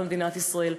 במדינת ישראל,